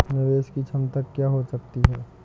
निवेश की क्षमता क्या हो सकती है?